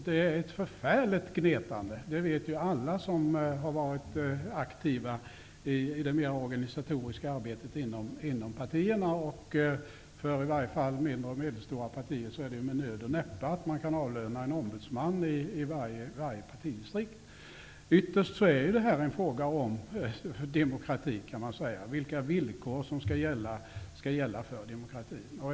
Det är ett förfärligt gnetande. Det vet alla som har varit aktiva i det mera organisatoriska arbetet inom partierna. I varje fall mindre och medelstora partier kan med nöd och näppe avlöna en ombudsman i varje partidistrikt. Ytterst är det här en fråga om demokrati, kan man säga, vilka villkor som skall gälla för demokratin.